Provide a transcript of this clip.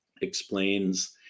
explains